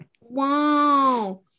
wow